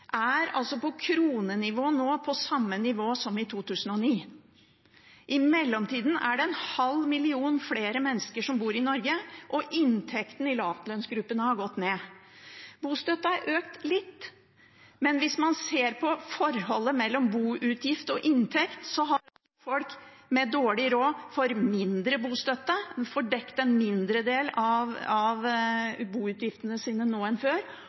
er altså på kronenivå nå på samme nivå som i 2009. I mellomtida er det en halv million flere mennesker som bor i Norge, og inntektene i lavlønnsgruppene har gått ned. Bostøtten er økt litt, men hvis man ser på forholdet mellom boutgift og inntekt, så får folk med dårlig råd mindre bostøtte, en får dekket en mindre del av boutgiftene sine nå enn før,